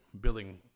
billing